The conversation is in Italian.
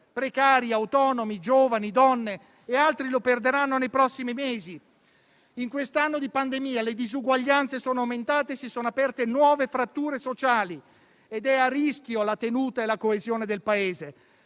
precari, autonomi, giovani, donne e altri lo perderanno nei prossimi mesi. In quest'anno di pandemia le disuguaglianze sono aumentate e si sono aperte nuove fratture sociali ed è a rischio la tenuta e la coesione del Paese.